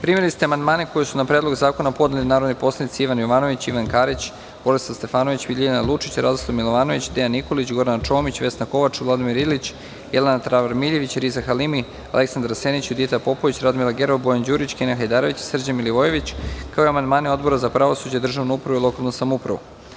Primili ste amandmane koji su na Predlog zakona podneli narodni poslanici Ivan Jovanović, Ivan Karić, Borisav Stefanović, Ljiljana Lučić, Radoslav Milovanović, Dejan Nikolić, Gordana Čomić, Vesna Kovač, Vladimir Ilić, Jelena Travar Miljević, Riza Halimi, Aleksandar Senić, Judita Popović, Radmila Gerov, Bojan Đurić, Kenan Hajdarević, Srđan Milivojević, kao i amandmane Odbora za pravosuđe, državnu upravu i lokalnu samoupravu.